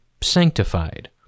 sanctified